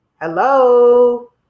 Hello